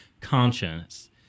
conscience